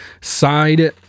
side